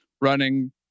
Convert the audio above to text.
running